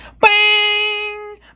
Bang